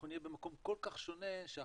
עוד 30 שנה אנחנו נהיה במקום כל כך שונה שעכשיו